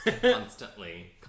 Constantly